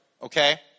Okay